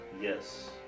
Yes